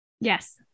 Yes